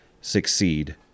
succeed